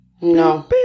No